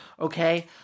Okay